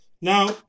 Now